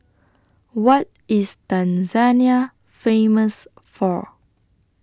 What IS Tanzania Famous For